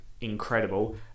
incredible